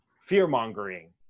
fear-mongering